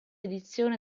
edizione